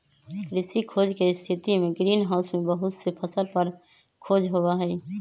कृषि खोज के स्थितिमें ग्रीन हाउस में बहुत से फसल पर खोज होबा हई